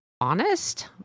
honest